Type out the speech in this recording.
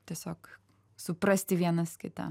tiesiog suprasti vienas kitą